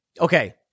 Okay